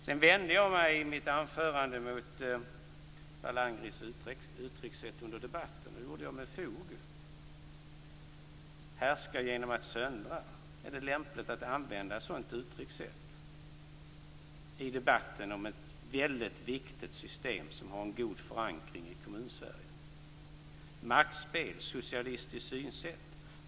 Sedan vände jag mig i mitt anförande mot Per Landgrens uttryckssätt under debatten. Det gjorde jag med fog. Härska genom att söndra. Är det lämpligt att använda ett sådant uttryckssätt i debatten om ett väldigt viktigt system som har en god förankring i Kommunsverige? Maktspel, socialistiskt synsätt, var andra uttryck.